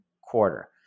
quarter